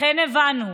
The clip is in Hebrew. לכן הבנו,